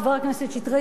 חבר הכנסת שטרית,